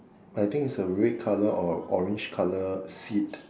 I think is a red colour or a orange colour seat